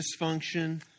dysfunction